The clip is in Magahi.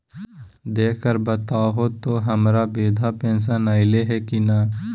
देख कर बताहो तो, हम्मर बृद्धा पेंसन आयले है की नय?